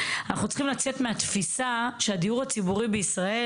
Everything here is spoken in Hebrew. אנחנו צריכים לצאת מהתפיסה שהדיור הציבורי בישראל